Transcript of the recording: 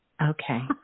Okay